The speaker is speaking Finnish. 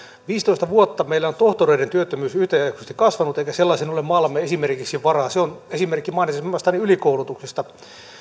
viisitoista vuotta meillä on tohtoreiden työttömyys yhtäjaksoisesti kasvanut eikä esimerkiksi sellaiseen ole maallamme varaa se on esimerkki mainitsemastani ylikoulutuksesta